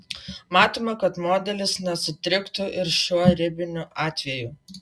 matome kad modelis nesutriktų ir šiuo ribiniu atveju